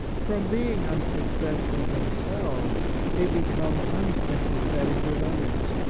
from being unsuccess ful themselves, they become unsympathetic with others.